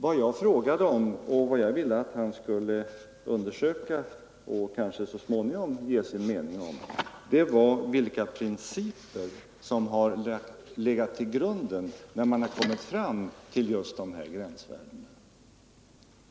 Vad jag frågade om och ville att han skulle undersöka och kanske så småningom säga sin mening om var vilka principer som har legat till grund när man har kommit fram till just dessa gränsvärden.